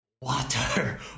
water